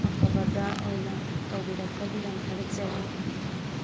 ꯑꯐꯕꯗ ꯑꯣꯏꯅ ꯇꯧꯕꯤꯔꯛꯄꯒꯤ ꯌꯥꯝ ꯊꯥꯒꯠꯆꯔꯤ